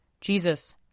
Jesus